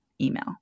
email